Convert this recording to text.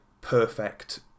perfect